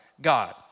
God